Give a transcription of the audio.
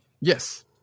Yes